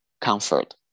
comfort